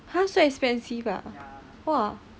!huh! so expensive ah !wah!